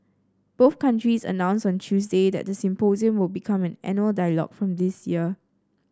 both countries announced on Tuesday that the symposium will become an annual dialogue from this year